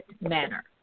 manner